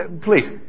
please